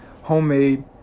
homemade